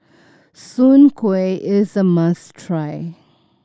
Soon Kueh is a must try